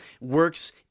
works